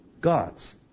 God's